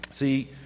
See